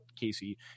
casey